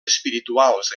espirituals